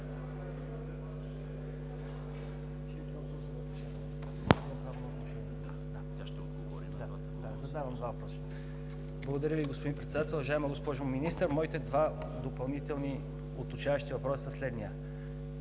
Благодаря Ви, господин Председател. Уважаема госпожо Министър, моите два допълнителни уточняващи въпроса са следните: